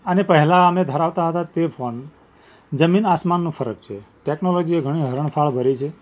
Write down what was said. અને પહેલાં અમે ધરાવતા હતા તે ફોન જમીન આસમાનનો ફરક છે ટૅકનોલોજીએ ઘણી હરણફાળ ભરી છે